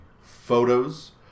photos